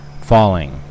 falling